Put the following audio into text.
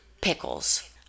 pickles